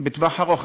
בטווח הארוך,